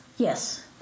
Yes